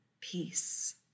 peace